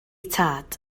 tad